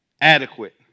adequate